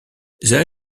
there